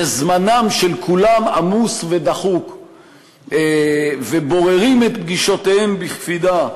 וזמנם של כולם עמוס ודחוק והם בוררים את פגישותיהם בקפידה,